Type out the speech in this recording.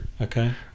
Okay